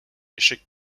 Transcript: échec